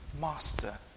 Master